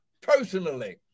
personally